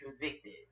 convicted